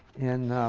in